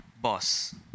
boss